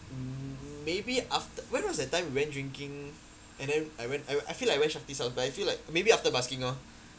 maybe after when was that time we went drinking and then I went I I feel like I went shafti's house but I feel like maybe after busking lor